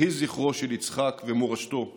יהי זכרו של יצחק ומורשתו איתנו.